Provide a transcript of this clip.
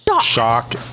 Shock